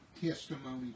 testimony